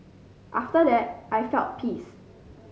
after that I felt peace